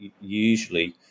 usually